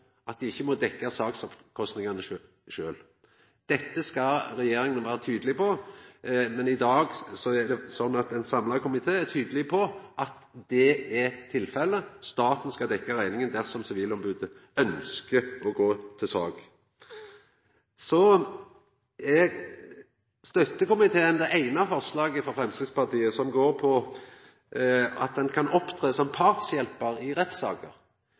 at dei skal vera sikre på at dei ikkje må dekkja sakskostnadene sjølve. Dette skal regjeringa vera tydeleg på. Men i dag er ein samla komité tydeleg på at det er tilfellet, staten skal dekkja rekninga dersom sivilombodet ønskjer å gå til sak. Så støttar komiteen det eine forslaget frå Framstegspartiet som går på at ein kan opptre som partshjelpar i rettssaker.